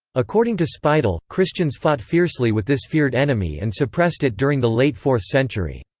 according to speidel, christians fought fiercely with this feared enemy and suppressed it during the late fourth century.